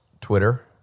Twitter